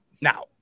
Now